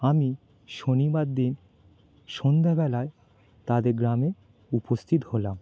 আমি শনিবার দিন সন্ধেবেলায় তাদের গ্রামে উপস্থিত হলাম